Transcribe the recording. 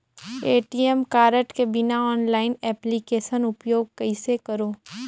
ATM card के बिना online application उपयोग कइसे करो?